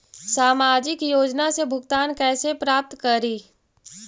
सामाजिक योजना से भुगतान कैसे प्राप्त करी?